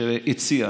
הציע,